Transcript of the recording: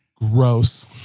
Gross